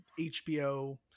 HBO